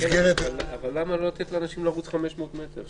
--- אבל למה לא לתת לאנשים לרוץ 500 מטר?